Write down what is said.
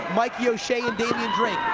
mikey o'shea and damian drake.